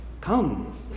Come